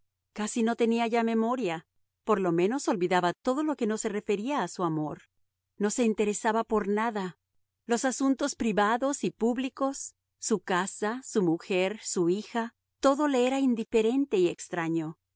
casi no tenía ya memoria por lo menos olvidaba todo lo que no se refería a su amor no se interesaba por nada los asuntos privados y públicos su casa su mujer su hija todo le era indiferente y extraño